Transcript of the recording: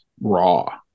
raw